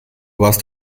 warst